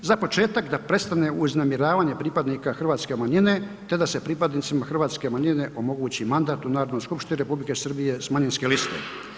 Za početak da prestane uznemiravanje pripadnika hrvatske manjine te da se pripadnicima hrvatske manjine omogući mandat u Narodnoj skupštini Republike Srbije s manjinske liste.